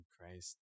christ